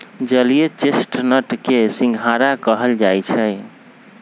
जलीय चेस्टनट के सिंघारा कहल जाई छई